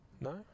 No